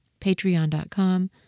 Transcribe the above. Patreon.com